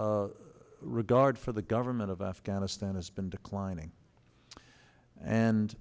e regard for the government of afghanistan has been declining and